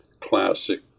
classic